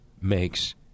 makes